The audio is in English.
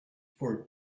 for